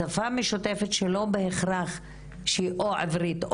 שפה משותפת שלא בהכרח שהיא או עברית,